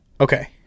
Okay